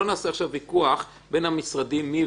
א נעשה עכשיו ויכוח בין המשרדים מי